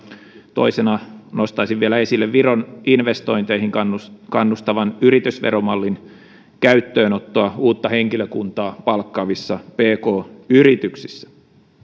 toisena nostaisin vielä esille viron investointeihin kannustavan kannustavan yritysveromallin käyttöönoton uutta henkilökuntaa palkkaavissa pk yrityksissä